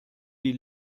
die